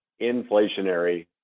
inflationary